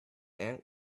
ant